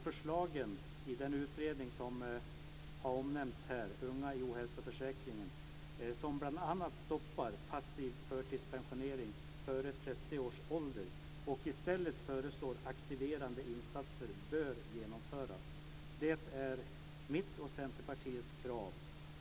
Förslagen i den utredning som har omnämnts här Unga i ohälsoförsäkringen och som bl.a. stoppar passiv förtidspensionering före 30 års ålder och i stället föreslår aktiverande insatser bör genomföras. Det är mitt och Centerpartiets krav.